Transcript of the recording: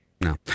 No